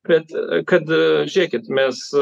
bet kad žiūrėkit mes